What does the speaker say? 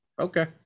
Okay